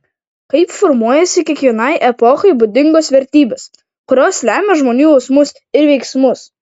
kaip formuojasi kiekvienai epochai būdingos vertybės kurios lemia žmonių jausmus ir veiksmus